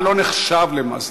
הזמן לא נחשב, למעשה.